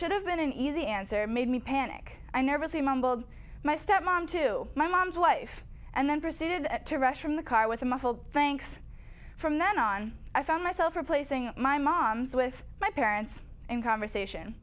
should have been an easy answer made me panic i never see mumbled my step mom to my mom's life and then proceeded to rush from the car with a muffled thanks from then on i found myself replacing my mom's with my parents in conversation